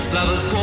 Lovers